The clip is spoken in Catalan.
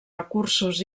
recursos